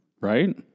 Right